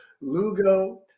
Lugo